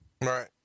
Right